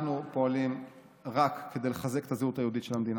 אנחנו פועלים רק כדי לחזק את הזהות היהודית של המדינה.